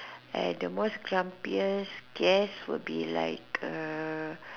I had the most grumpiest guest would be like err